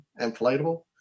inflatable